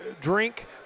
drink